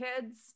kids